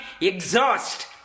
exhaust